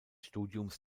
studiums